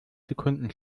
sekunden